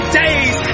days